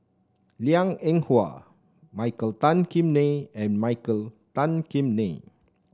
Liang Eng Hwa Michael Tan Kim Nei and Michael Tan Kim Nei